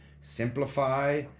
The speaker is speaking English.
simplify